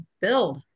build